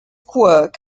quirk